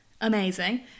Amazing